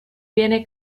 viene